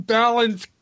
balance